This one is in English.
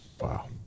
Wow